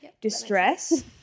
distress